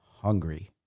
hungry